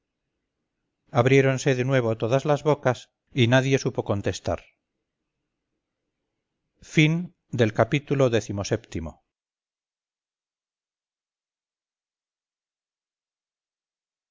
abriéronse de nuevo todas las bocas y nadie supo contestar ii